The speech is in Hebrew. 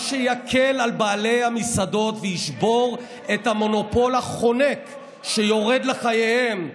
מה שיקל על בעלי המסעדות וישבור את המונופול החונק שיורד לחייהם,